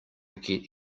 get